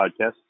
Podcast